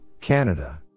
Canada